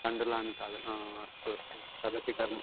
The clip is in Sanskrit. तण्डुलानि खादन् हा अस्तु अस्तु तदपि खादामि